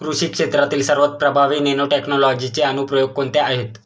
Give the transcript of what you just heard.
कृषी क्षेत्रातील सर्वात प्रभावी नॅनोटेक्नॉलॉजीचे अनुप्रयोग कोणते आहेत?